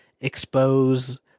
expose